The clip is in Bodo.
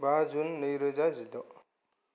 बा जुन नै रोजा जिद'